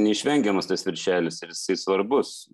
neišvengiamas tas viršelis ir jisai svarbus